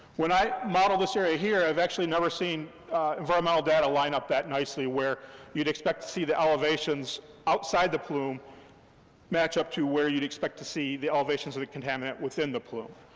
when i model this area here, i've actually never seen environmental data line up that nicely, where you'd expect to see the elevations outside the plume match up to where you'd expect to see the elevations of the contaminant within the plume.